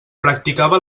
practicava